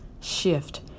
shift